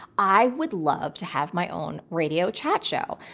i would love to have my own radio chat show.